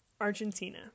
Argentina